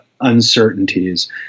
uncertainties